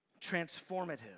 transformative